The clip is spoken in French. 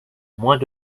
moins